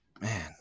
Man